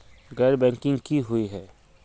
गैर बैंकिंग की हुई है?